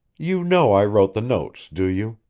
you know i wrote the notes, do you?